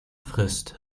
frisst